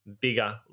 bigger